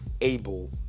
able